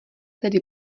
tedy